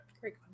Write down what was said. Great